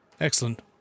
Excellent